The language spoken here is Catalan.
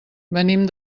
venim